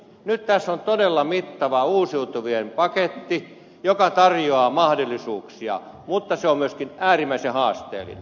nyt tässä on todella mittava uusiutuvien paketti joka tarjoaa mahdollisuuksia mutta se on myöskin äärimmäisen haasteellinen